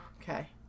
Okay